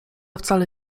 wcale